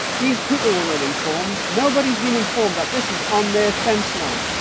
these people were not informed. nobody's been informed that this is on their fence-line.